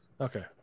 Okay